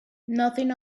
nothing